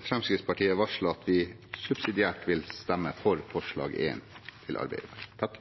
Fremskrittspartiet varsle at vi subsidiært vil stemme for forslag nr. 1, fra Arbeiderpartiet.